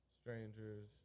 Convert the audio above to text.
strangers